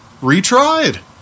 retried